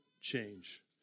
change